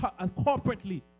corporately